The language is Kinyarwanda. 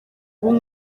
ubu